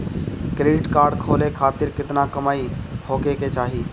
Credit card खोले खातिर केतना कमाई होखे के चाही?